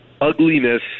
ugliness